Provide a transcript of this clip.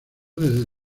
desde